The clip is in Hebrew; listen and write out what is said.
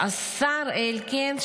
השר אלקין,